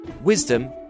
wisdom